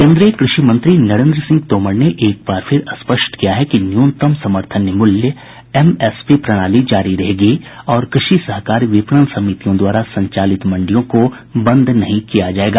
केन्द्रीय कृषि मंत्री नरेन्द्र सिंह तोमर ने एक बार फिर स्पष्ट किया है कि न्यूनतम समर्थन मूल्य एमएसपी प्रणाली जारी रहेगी और कृषि सहकारी विपणन समितियों द्वारा संचालित मंडियों को बंद नहीं किया जाएगा